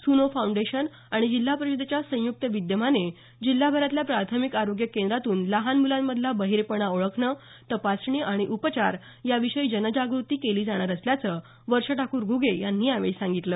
सुनो फाऊंडेशन आणि जिल्हा परिषदेच्या संयुक्त विद्यमाने जिल्हाभरातल्या प्राथमिक आरोग्य केंद्रातून लहान मुलांमधला बहिरेपणा ओळखणं तपासणी आणि उपचार याविषयी जनजागृती केली जाणार असल्याचं वर्षा ठाकूर घुगे यांनी यावेळी सांगितलं